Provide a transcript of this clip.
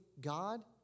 God